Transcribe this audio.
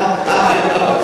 מהשהייה.